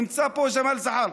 נמצאים פה ג'מאל זחאלקה,